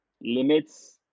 Limits